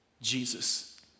Jesus